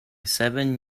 seven